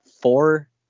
four